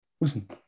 Listen